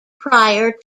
prior